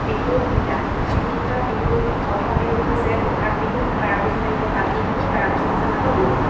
বিহু তিনিটা তিনিটা বিহুক প্ৰথম বিহুটো হৈছে বহাগ বিহু তাৰ পিছত আহিব কাতি বিহু তাৰপিছত হৈছে মাঘৰ বিহু